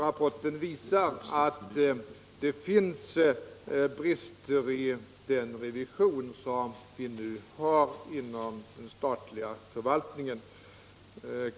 Rapporten visar att det finns brister i den revision som vi nu har inom den offentliga förvaltningen.